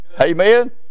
amen